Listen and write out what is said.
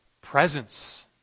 presence